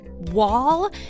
Wall